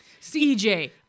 CJ